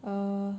err